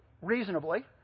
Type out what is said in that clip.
reasonably